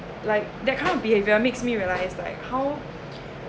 like that kind of behaviour makes me realise like how